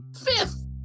fifth